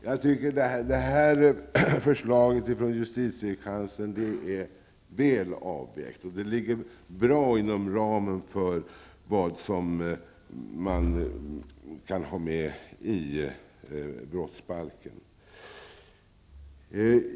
Jag tycker att det förslaget från justitiekanslern är väl avvägt, och det ligger bra inom ramen för vad man kan ha med i brottsbalken.